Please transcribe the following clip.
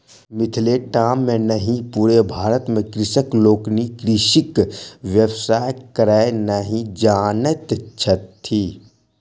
मिथिले टा मे नहि पूरे भारत मे कृषक लोकनि कृषिक व्यवसाय करय नहि जानैत छथि